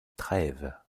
trèves